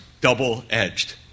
double-edged